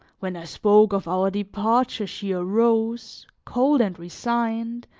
when i spoke of our departure, she arose, cold and resigned,